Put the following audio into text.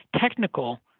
technical